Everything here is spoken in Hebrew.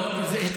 לא, לא.